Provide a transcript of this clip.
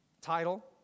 title